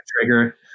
trigger